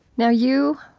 now you